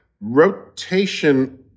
rotation